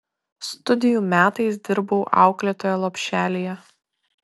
studijų metais dirbau auklėtoja lopšelyje